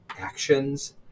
actions